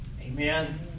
Amen